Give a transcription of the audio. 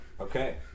okay